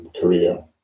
Career